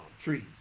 trees